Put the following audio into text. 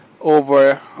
over